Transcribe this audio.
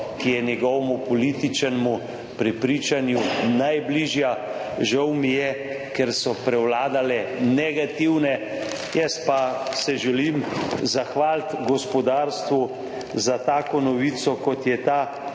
ki je njegovemu političnemu prepričanju najbližja. Žal mi je, ker so prevladale negativne, jaz pa se želim zahvaliti gospodarstvu za tako novico, kot je ta